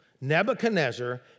Nebuchadnezzar